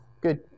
Good